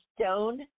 stone